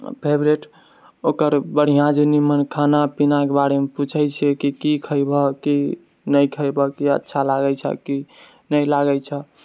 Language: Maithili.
फेवरिट ओकर बढ़िआँ जे निमन खाना पीनाके बारेमे पूछै छिए कि की खयबह कि नहि खयबह कि अच्छा लागैत छै कि नहि लागैत छै